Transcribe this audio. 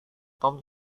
tom